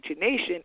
Nation